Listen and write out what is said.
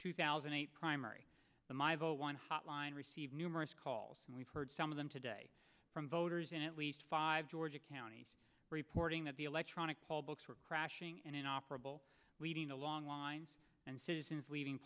two thousand and eight primary the my vote one hotline received numerous calls and we've heard some of them today from voters in at least five georgia counties reporting that the electronic books were crashing and operable leading to long lines and citizens leaving